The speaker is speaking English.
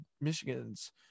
Michigan's